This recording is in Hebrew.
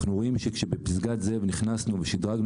אנחנו רואים בפסגת זאב שכשנכנסנו ושדרגנו